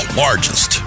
largest